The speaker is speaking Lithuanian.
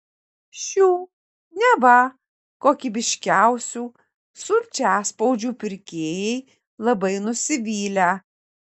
šių neva kokybiškiausių sulčiaspaudžių pirkėjai labai nusivylę